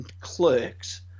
Clerks